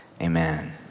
Amen